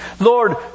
Lord